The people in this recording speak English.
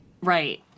Right